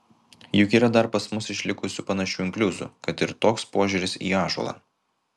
juk yra dar pas mus išlikusių panašių inkliuzų kad ir toks požiūris į ąžuolą